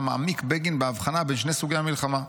שבה מעמיק בגין בהבחנה בין שני סוגי המלחמה.